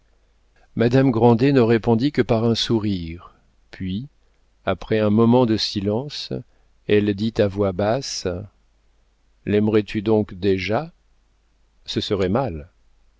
madame grandet ne répondit que par un sourire puis après un moment de silence elle dit à voix basse laimerais tu donc déjà ce serait mal